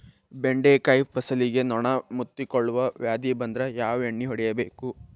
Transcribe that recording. ಬೆಂಡೆಕಾಯ ಫಸಲಿಗೆ ನೊಣ ಮುತ್ತಿಕೊಳ್ಳುವ ವ್ಯಾಧಿ ಬಂದ್ರ ಯಾವ ಎಣ್ಣಿ ಹೊಡಿಯಬೇಕು?